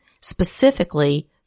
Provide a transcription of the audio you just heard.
Specifically